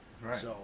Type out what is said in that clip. Right